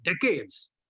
decades